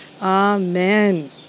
Amen